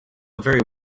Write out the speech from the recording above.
very